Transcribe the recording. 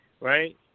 right